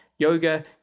yoga